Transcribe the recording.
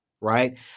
right